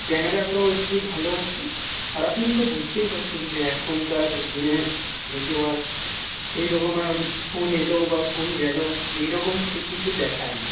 ক্যামেরাটাও একটু ভালো আছে আর আপনি তো বুঝতেই পাচ্ছেন যে এখনকার দিনে যে কেউ আর সেইরকম আর ফোন এলো বা ফোন গেল এইরকম সে কিছু দেখায় না